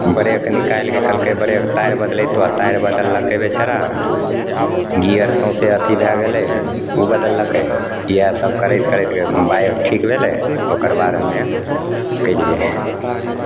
brake निकालिके कहलकै brake तार बदलैतऽ आओर तार बदललकै बेचारा गिअर सौँसे अथी भै गेलै ओ बदललकै इएहसब करैत करैत ओ वाइर ठीक भेलै ओकरबाद हमे गेलिए